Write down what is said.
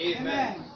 Amen